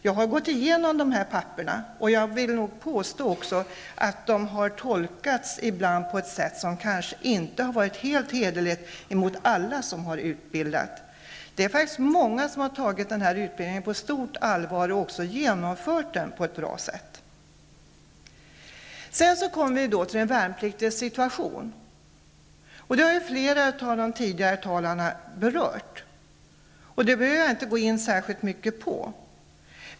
Jag har gått igenom dessa handlingar, och jag vill nog påstå att de ibland har tolkats på ett sätt som kanske inte har varit helt hederligt mot alla som har bedrivit utbildning. Det är många som har tagit denna utbildning på stort allvar och också genomfört den på ett bra sätt. Sedan kommer vi till den värnpliktiges situation, något som flera av tidigare talare har berört. Det behöver jag inte gå in särskilt mycket på.